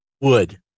Wood